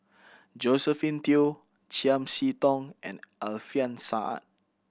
Josephine Teo Chiam See Tong and Alfian Sa'at